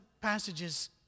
passages